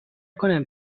کنم